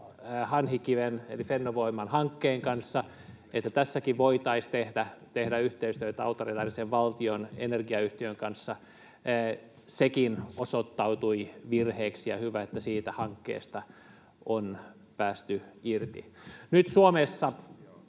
Hanhikiven eli Fennovoiman hankkeen kanssa, että tässäkin voitaisiin tehdä yhteistyötä autoritäärisen valtion energiayhtiön kanssa. Sekin osoittautui virheeksi, ja hyvä, että siitä hankkeesta on päästy irti. Nyt Suomessa